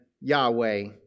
Yahweh